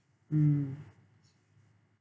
mm